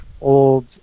old